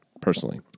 personally